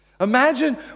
Imagine